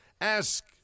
ask